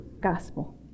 gospel